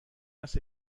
است